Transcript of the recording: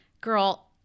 Girl